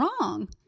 wrong